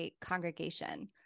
congregation